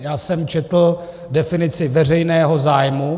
Já jsem četl definici veřejného zájmu.